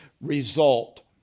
result